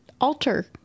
alter